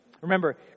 Remember